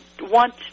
want